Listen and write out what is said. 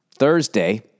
Thursday